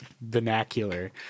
vernacular